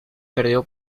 perdió